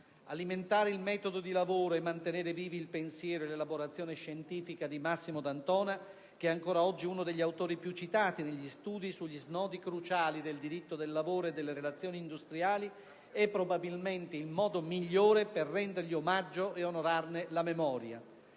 Alimentare il metodo di lavoro e mantenere vivi il pensiero e l'elaborazione scientifica di Massimo D'Antona, che ancora oggi è uno degli autori più citati negli studi sugli snodi cruciali del diritto del lavoro e delle relazioni industriali, è probabilmente il modo migliore per rendergli omaggio e onorarne la memoria.